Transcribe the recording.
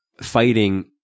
fighting